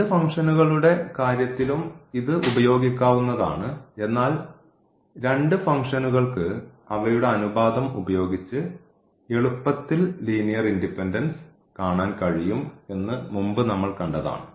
രണ്ട് ഫംഗ്ഷനുകടെ കാര്യത്തിലും ഇത് ഉപയോഗിക്കാവുന്നതാണ് എന്നാൽ രണ്ട് ഫംഗ്ഷനുകൾക്ക് അവയുടെ അനുപാതം ഉപയോഗിച്ച് എളുപ്പത്തിൽ ലീനിയർ ഇൻഡിപെൻഡൻസ് കാണാൻ കഴിയും എന്ന് മുമ്പ് നമ്മൾ കണ്ടതാണ്